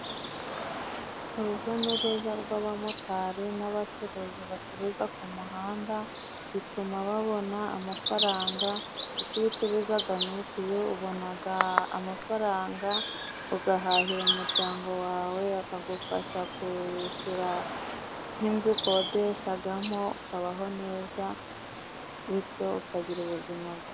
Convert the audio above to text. Uruja n'uruza rw'abamotari n'abacuruzi bacuruza ku muhanda, bituma babona amafaranga, kuko iyo ucuruzaga mitiyu ubonaga amafaranga. Ugahahira umuryango wawe, akagufasha kwishura nk'inzu ukodeshagamo. Ukabaho neza, bityo ukagira ubuzima bwiza.